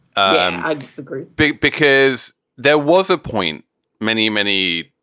i agree big because there was a point many, many,